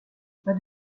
pas